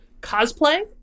cosplay